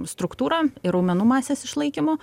struktūra ir raumenų masės išlaikymo